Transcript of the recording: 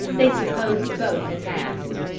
they supposed both had passed.